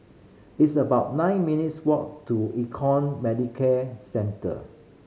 it's about nine minutes' walk to Econ Medicare Centre